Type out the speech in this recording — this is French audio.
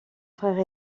frère